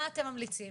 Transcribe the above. מה אתם ממליצים,